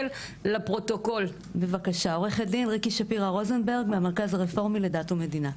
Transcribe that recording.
אני עורכת דין, מהמרכז הרפורמי לדת ומדינה.